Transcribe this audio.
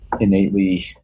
innately